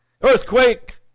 earthquake